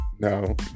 no